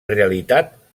realitat